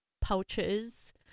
pouches